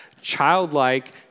childlike